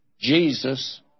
Jesus